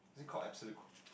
is it called absolute